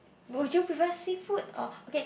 would you prefer seafood or okay